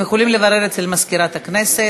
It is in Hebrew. אתם יכולים לברר אצל מזכירת הכנסת.